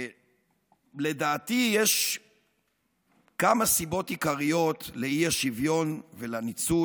לדעתי יש כמה סיבות עיקריות לאי-שוויון ולניצול,